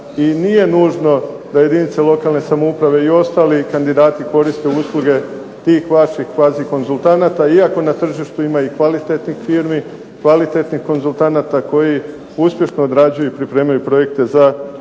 i nije nužno da jedinice lokalne samouprave i ostali kandidati koriste usluge tih vaših kvazi konzultanata iako na tržištu ima i kvalitetnih firmi, kvalitetnih konzultanata koji uspješno odrađuju i pripremaju projekte za jedinice